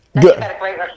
Good